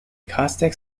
caustic